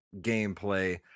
gameplay